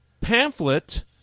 pamphlet